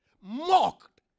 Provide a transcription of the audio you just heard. mocked